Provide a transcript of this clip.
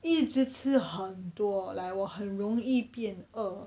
一直吃很多 like 我很容易变饿